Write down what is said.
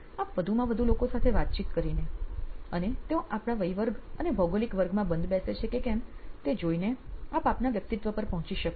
આપ વધુમાં વધુ લોકો સાથે વાતચીત કરીને અને તેઓ આપણા વય વર્ગ અને ભૌગોલિક વર્ગમાં બંધ બેસે છે કે કેમ તે જોઈને આપ આપના વ્યકિતત્વ પર પહોંચી શકો છો